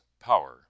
power